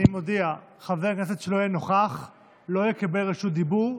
אני מודיע: חבר כנסת שלא יהיה נוכח לא יקבל רשות דיבור,